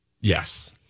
Yes